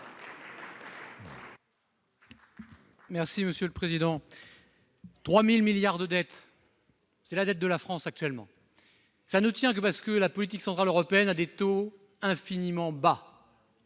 Merci monsieur le président. 3000 milliards de dette. C'est la dette de la France actuellement. Ça ne tient que parce que la politique centrale européenne à des taux infiniment bas.